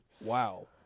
Wow